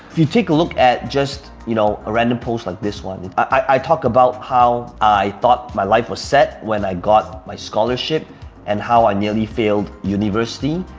if you take a look at just you know a random post like this one, i talk about how i thought my life was set when i got my scholarship and how i nearly failed university,